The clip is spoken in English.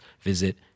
visit